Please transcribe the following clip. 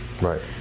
Right